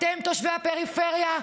אתם תושבי הפריפריה,